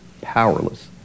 powerless